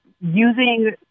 using